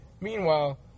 Meanwhile